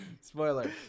spoiler